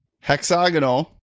hexagonal